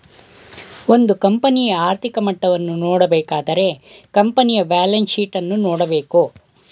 ಒಂದು ಕಂಪನಿಯ ಆರ್ಥಿಕ ಮಟ್ಟವನ್ನು ನೋಡಬೇಕಾದರೆ ಕಂಪನಿಯ ಬ್ಯಾಲೆನ್ಸ್ ಶೀಟ್ ಅನ್ನು ನೋಡಬೇಕು